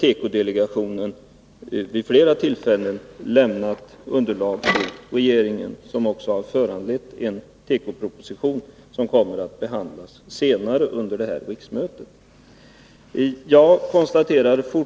Tekodelegationen har vid flera tillfällen lämnat underlag till regeringen. Det har föranlett en tekoproposition, som kommer att behandlas senare under detta riksmöte. Jörn Svensson